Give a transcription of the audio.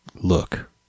look